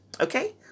Okay